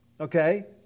Okay